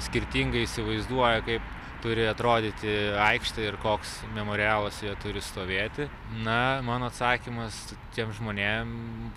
skirtingai įsivaizduoja kaip turi atrodyti aikštė ir koks memorialas joje turi stovėti na mano atsakymas tiem žmonėm